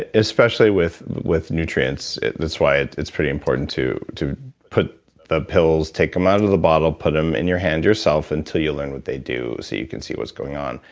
ah especially with with nutrients. that's why it's it's pretty important to to put the pills, take them out of the bottle, put them in your hand yourself until you learn what they do so you can see what's going on.